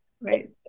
right